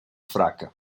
fraca